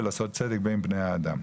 ולעשות צדק בין בני האדם.